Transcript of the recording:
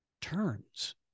turns